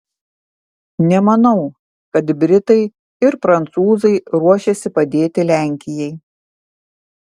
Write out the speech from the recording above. nemanau kad britai ir prancūzai ruošiasi padėti lenkijai